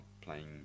playing